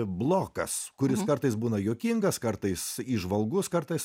blokas kuris kartais būna juokingas kartais įžvalgus kartais